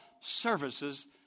services